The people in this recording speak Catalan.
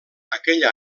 aquell